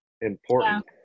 important